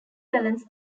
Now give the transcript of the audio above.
balance